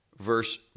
verse